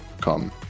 come